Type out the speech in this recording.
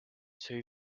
two